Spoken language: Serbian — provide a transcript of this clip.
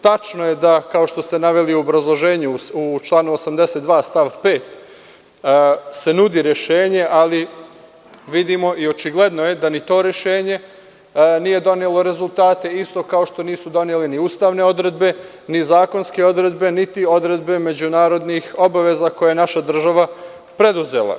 Tačno je da kao što ste naveli u obrazloženju u članu 82. stav 5. se nudi rešenje, ali vidimo, i očigledno je, da ni to rešenje nije donelo rezultate isto kao što nisu doneli ni ustavne odredbe, ni zakonske odredbe, niti odredbe međunarodnih obaveza koje je naša država preduzela.